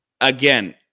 again